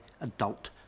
adult